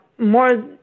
more